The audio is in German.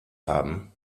haben